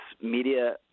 media